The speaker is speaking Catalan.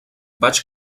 vaig